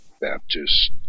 Baptist